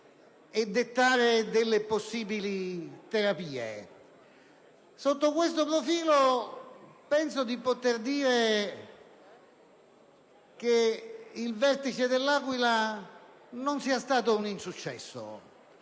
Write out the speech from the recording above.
e dettare possibili terapie. Sotto questo profilo, penso di poter affermare che il vertice dell'Aquila non è stato un insuccesso: